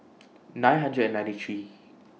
nine hundred and ninety three